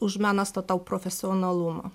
už meną statau profesionalumą